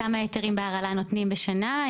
כמה היתרים בהרעלה נותנים בשנה,